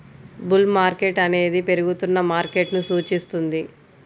bull market అనేది పెరుగుతున్న మార్కెట్ను సూచిస్తుంది